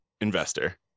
investor